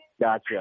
Gotcha